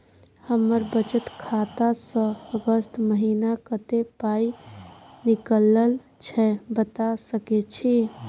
हमर बचत खाता स अगस्त महीना कत्ते पाई निकलल छै बता सके छि?